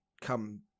come